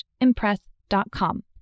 impress.com